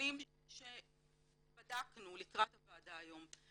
בנתונים שבדקנו לקראת הוועדה היום,